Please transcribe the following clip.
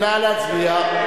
נא להצביע.